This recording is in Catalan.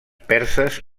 perses